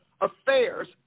affairs